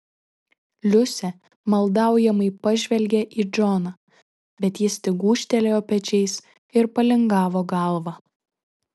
liusė maldaujamai pažvelgė į džoną bet jis tik gūžtelėjo pečiais ir palingavo galvą